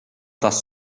tas